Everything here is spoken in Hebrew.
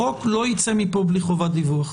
החוק לא יצא מפה בלי חובת דיווח.